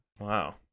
Wow